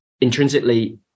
intrinsically